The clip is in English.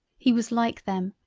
he was like them,